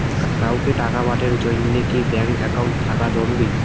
কাউকে টাকা পাঠের জন্যে কি ব্যাংক একাউন্ট থাকা জরুরি?